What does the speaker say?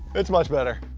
it's much better.